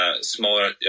smaller